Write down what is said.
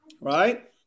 right